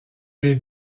des